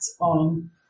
on